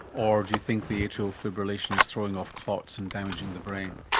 or do you think the atrial fibrillation is throwing off clots and damaging the brain?